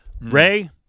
Ray